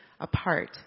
apart